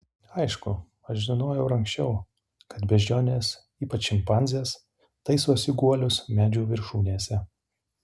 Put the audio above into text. aišku aš žinojau ir anksčiau kad beždžionės ypač šimpanzės taisosi guolius medžių viršūnėse